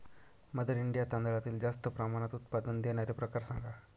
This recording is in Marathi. मदर इंडिया तांदळातील जास्त प्रमाणात उत्पादन देणारे प्रकार सांगा